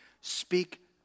Speak